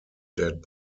dead